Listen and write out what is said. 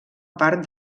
part